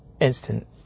instant